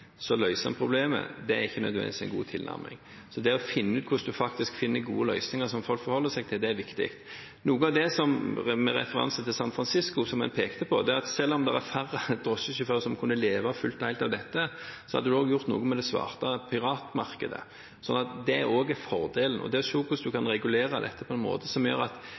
så løser en problemet, det er ikke nødvendigvis en god tilnærming. Så å finne ut hvordan man faktisk finner gode løsninger som folk forholder seg til, det er viktig. Med referanse til San Francisco: Noe av det en pekte på, var at selv om det er færre drosjesjåfører som kan leve fullt og helt av dette, har det også gjort noe med det svarte piratmarkedet. Det er også fordelen. Å se på hvordan man kan regulere dette på en måte som gjør at